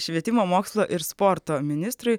švietimo mokslo ir sporto ministrui